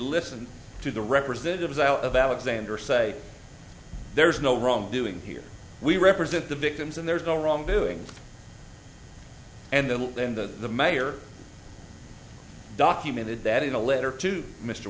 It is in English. listened to the representatives of alexander say there is no wrongdoing here we represent the victims and there is no wrongdoing and then the mayor documented that in a letter to mr